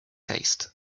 taste